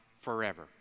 forever